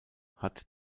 hat